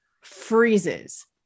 freezes